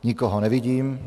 Nikoho nevidím.